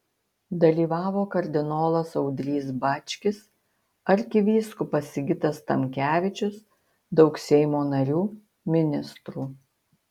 dalyvavo kardinolas audrys bačkis arkivyskupas sigitas tamkevičius daug seimo narių ministrų